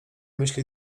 myśli